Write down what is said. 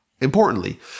importantly